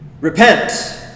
repent